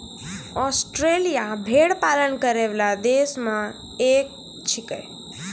Australia भेड़ पालन करै वाला देश म सें एक छिकै